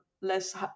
less